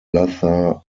luther